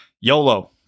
YOLO